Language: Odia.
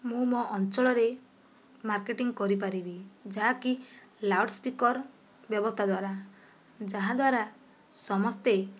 ମୁଁ ମୋ ଅଞ୍ଚଳରେ ମାର୍କେଟିଙ୍ଗ କରିପାରିବି ଯାହାକି ଲାଉଡ଼ସ୍ପିକର ବ୍ୟବସ୍ତା ଦ୍ଵାରା ଯାହାଦ୍ୱାରା ସମସ୍ତେ